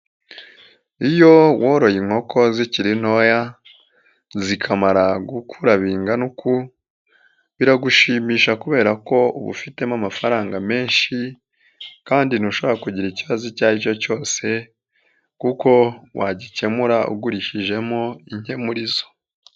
Iyo woroye inkoko zikiri ntoya zikamara gukura bingana uku biragushimisha kubera ko uba ufitemo amafaranga menshi kandi ntushobora kugira ikibazo icyo ari cyo cyose kuko wagikemura ugurishijemo inke muri zo.